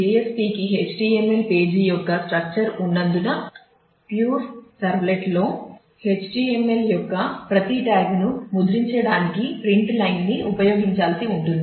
JSP కి HTML పేజీ యొక్క స్ట్రక్చర్ ఉన్నందున ప్యూర్ సర్వ్లెట్లో HTML యొక్క ప్రతి ట్యాగ్ను ముద్రించడానికి ప్రింట్ లైన్ ని ఉపయోగించాల్సి ఉంటుంది